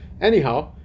anyhow